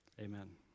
Amen